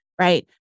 right